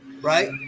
Right